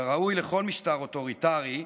כראוי לכל משטר אוטוריטרי,